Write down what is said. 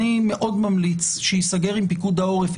אני מאוד ממליץ שייסגר עם פיקוד העורף.